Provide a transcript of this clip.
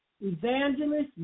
evangelist